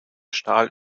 stahl